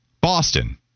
Boston